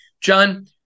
John